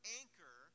anchor